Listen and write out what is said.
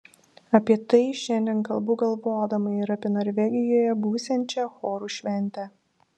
apie tai šiandien kalbu galvodama ir apie norvegijoje būsiančią chorų šventę